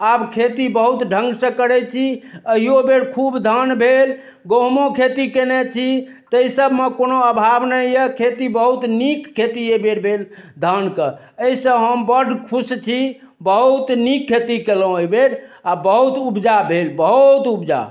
आब खेती बहुत ढङ्ग सँ करै छी अहियो बेर खूब धान भेल गहूॅंमो खेती केने छी ताहि सभमे कोनो अभाव नहि यऽ खेती बहुत नीक खेती एहि बेर भेल धानके एहिसँ हम बड खुश छी बहुत नीक खेती केलहुॅं एहि बेर आ बहुत उपजा भेल बहुत उपजा